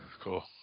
Cool